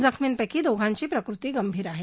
जखमींपक्ती दोघांची प्रकृती गंभीर आहे